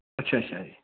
ਅੱਛਾ ਅੱਛਾ ਜੀ